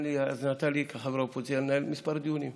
והוא נתן לי, כחבר האופוזיציה, לנהל כמה דיונים,